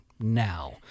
now